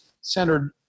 centered